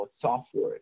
software